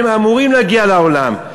אבל הם אמורים להגיע לעולם.